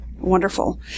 Wonderful